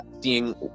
Seeing